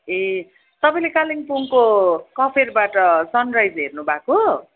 ए तपाईँले कालेबुङको कफेरबाट सन राइज हेर्नु भएको